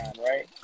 right